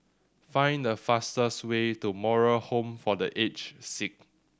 find the fastest way to Moral Home for The Aged Sick